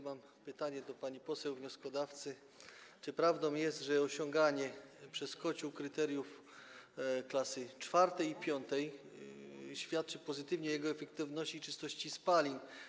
Mam pytanie do pani poseł wnioskodawcy, czy prawdą jest, że osiąganie przez kocioł kryteriów klasy IV i V świadczy pozytywnie o jego efektywności i czystości spalin?